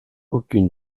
aucune